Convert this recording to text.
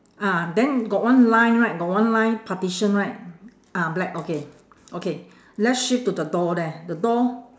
ah then got one line right got one line partition right ah black okay okay let's shift to the door there the door